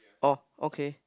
oh okay